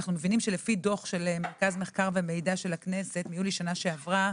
לפי דוח של מרכז המחקר והמידע של הכנסת מיוני שנה שעברה